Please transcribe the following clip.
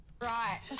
Right